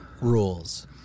rules